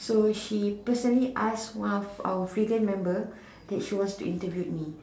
so she personally ask one of our freedom member that she wants to interview me